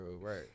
Right